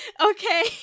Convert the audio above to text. okay